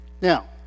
Now